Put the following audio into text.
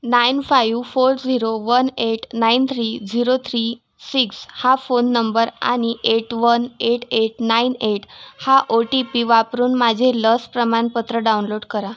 nine five four zero one eight nine three zero three six हा phone number आणि eight one eight eight nine eight हा O T P वापरून माझे लस प्रमाणपत्र download करा